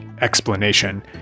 explanation